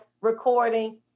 recording